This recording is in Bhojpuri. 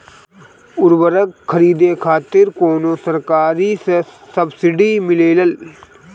उर्वरक खरीदे खातिर कउनो सरकारी सब्सीडी मिलेल?